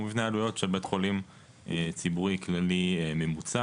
מבנה עלויות של בית חולים ציבורי כללי ממוצע,